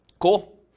cool